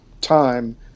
time